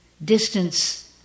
distance